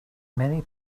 many